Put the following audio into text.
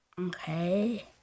Okay